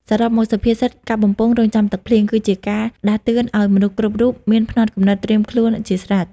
សរុបមក សុភាសិត "កាប់បំពង់រង់ទឹកភ្លៀង" គឺជាការដាស់តឿនឱ្យមនុស្សគ្រប់រូបមានផ្នត់គំនិតត្រៀមខ្លួនជាស្រេច ។